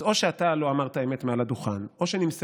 אז או שאתה לא אמרת אמת מעל הדוכן או